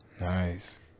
Nice